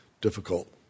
difficult